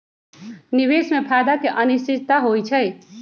निवेश में फायदा के अनिश्चितता होइ छइ